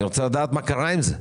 ואני רוצה לדעת מה קרה עם זה.